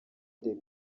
the